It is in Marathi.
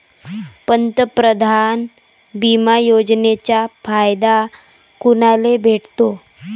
पंतप्रधान बिमा योजनेचा फायदा कुनाले भेटतो?